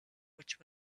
which